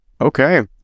Okay